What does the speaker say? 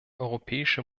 europäische